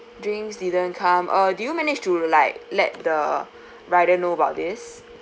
drinks didn't come uh do you managed to like let the rider know about this